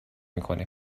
میکنه